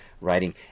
writing